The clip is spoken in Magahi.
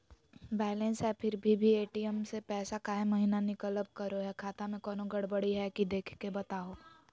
बायलेंस है फिर भी भी ए.टी.एम से पैसा काहे महिना निकलब करो है, खाता में कोनो गड़बड़ी है की देख के बताहों?